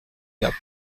gap